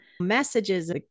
messages